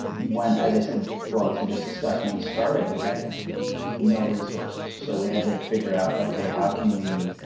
as i said well, as you just discussed when we started, we had no resources. so we had to figure out, ok, how can we